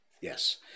yes